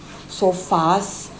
so fast